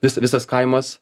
vis visas kaimas